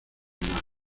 más